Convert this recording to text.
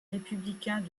républicains